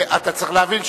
אתה צריך להבין,